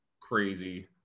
crazy